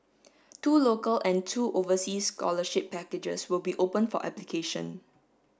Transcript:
two local and two overseas scholarship packages will be open for application